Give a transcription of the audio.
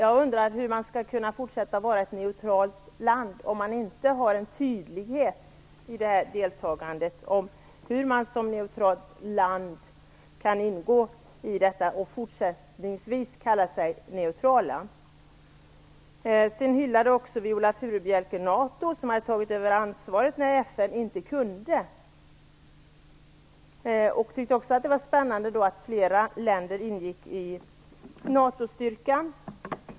Jag undrar hur Sverige skall kunna fortsätta att vara ett neutralt land, om vi inte har en tydlighet i vår medverkan, och hur Sverige som neutralt land skall kunna ingå i detta och fortsättningsvis kalla sig neutralt. Viola Furubjelke hyllade också NATO, som hade tagit över ansvaret när FN inte kunde. Hon tyckte också att det var spännande att flera länder ingick i NATO-styrkan.